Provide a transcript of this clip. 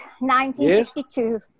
1962